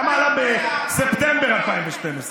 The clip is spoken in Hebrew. כמה עלה בספטמבר 2012?